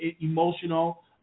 emotional